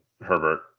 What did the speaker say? Herbert